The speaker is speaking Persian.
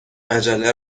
مجله